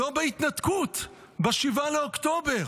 לא בהתנתקות, ב-7 באוקטובר.